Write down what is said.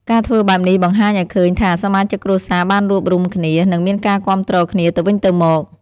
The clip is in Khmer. ការធ្វើបែបនេះបង្ហាញអោយឃើញថាសមាជិកគ្រួសារបានរួបរួមគ្នា និងមានការគាំទ្រគ្នាទៅវិញទៅមក។